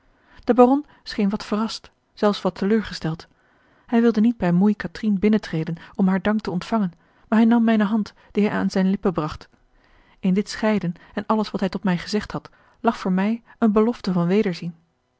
scheen wat verrast zelfs wat teleurgesteld hij a l g bosboom-toussaint de delftsche wonderdokter eel ij wilde niet bij moei catrine binnentreden om haar dank te ontvangen maar hij nam mijne hand die hij aan zijne lippen bracht in dit scheiden en alles wat hij tot mij gezegd had lag voor mij eene belofte van wederzien